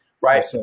right